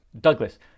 Douglas